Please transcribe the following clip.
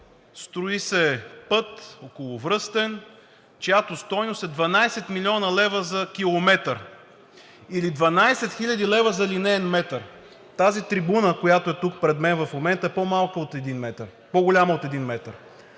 строи се път, околовръстен, чиято стойност е 12 млн. лв. за километър, или 12 хил. лв. за линеен метър?! Тази трибуна, която е тук пред мен в момента, е по-голяма от един метър.